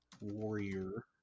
Warrior